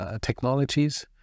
technologies